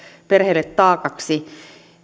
perheille taakaksi